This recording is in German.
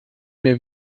mehr